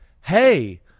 hey